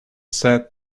said